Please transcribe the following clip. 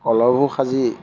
কলহবোৰ সাজি